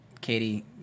Katie